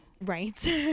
Right